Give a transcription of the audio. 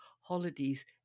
holidays